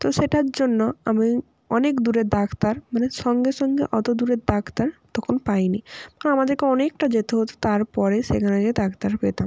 তো সেটার জন্য আমি অনেক দূরের ডাক্তার মানে সঙ্গে সঙ্গে অতো দূরের ডাক্তার তখন পাই নি তো আমাদেরকে অনেকটা যেতে হতো তারপরে সেখানে গিয়ে ডাক্তার পেতাম